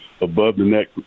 above-the-neck